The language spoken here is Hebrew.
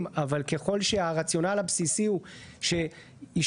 יש לנו צורך לאומי שהיישובים האלה יהיו חזקים,